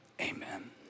amen